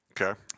Okay